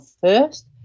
first